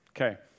Okay